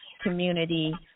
community